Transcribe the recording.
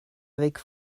avec